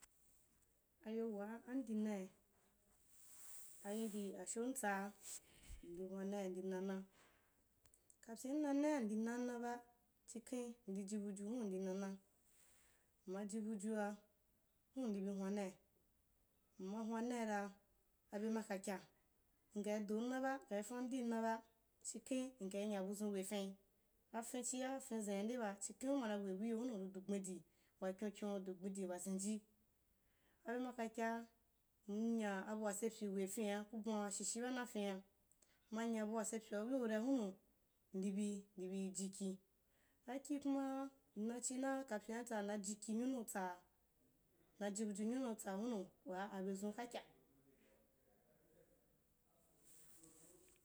Ayo waa andi nai ayiri asho ntsaa, ndi hwanai ndi nana, kapyin’a nu anai ndi nanna bai chikhen ndi ji buyu hunnu ndi nana, m ma ji bujua, hunnu ndi bi hwanai, mma hwanai ra, abe makakya nkai donnaba, nkai fandiun naba, chikhen ukai nya buzun we fen, aken chia aken zen andeba chikhen umanai we buiyo hunnu uri du gbendi wai kyonkyon du gbendi wazenji, abye maka kyaa, ndinyaa abua sepyu wekena ku bwan shishi baa nareia mma nya bua sepyua weura hunnu ndibi ndibi jiki, aki kumaa mma china kapyina itsa nna jiki nyonu tsaa, nnaji buju nyonu tsaa hunnu waa abye zun kukakya